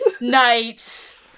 night